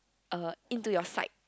uh into your sight